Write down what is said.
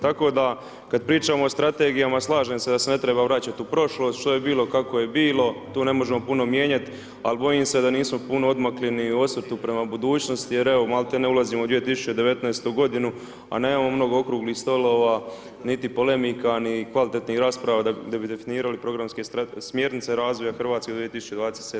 Tako da kada pričamo o strategijama, slažem da se ne smije vraćati u prošlost, što je bilo, kako je bilo, tu ne možemo puno mijenjati, ali bojim se da nismo puno odmakli ni u osvrtu prema budućnosti, jer evo, maltene ulazimo u 2019. g. a nemamo mnogo okruglih stolova niti polemika ni kvalitetnih rasprava, da bi definirali programske, smjernice razvoja Hrvatske 2027. g. Hvala.